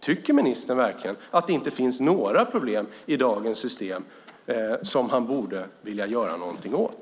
Tycker ministern verkligen att det inte finns några problem i dagens system som han vill göra något åt?